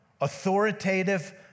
authoritative